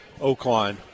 Oakline